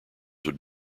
would